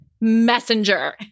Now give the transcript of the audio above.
messenger